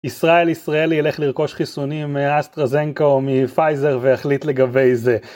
ישראל ישראלי ילך לרכוש חיסונים מאסטרה זנקה או מפייזר והחליט לגבי זה